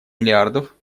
миллиардов